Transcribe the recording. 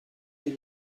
des